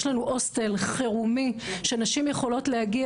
יש לנו הוסטל חירומי שנשים יכולות להגיע,